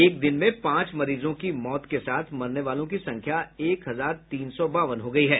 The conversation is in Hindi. एक दिन में पांच मरीजों की मौत के साथ मरने वालों की संख्या एक हजार तीन सौ बावन हो गयी है